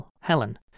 Helen